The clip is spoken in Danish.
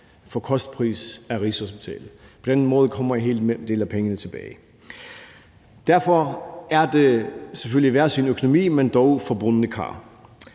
til kostpris af Rigshospitalet. På den måde kommer en hel del af pengene tilbage. Derfor er det selvfølgelig hver sin økonomi, men dog forbundne kar.